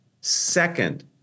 Second